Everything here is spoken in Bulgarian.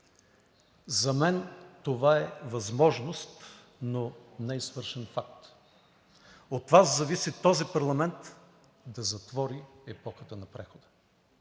За мен това е възможност, но не е свършен факт. От Вас зависи този парламент да затвори епохата на прехода.